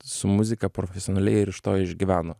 su muzika profesionaliai ir iš to išgyveno